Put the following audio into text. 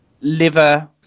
liver